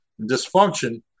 dysfunction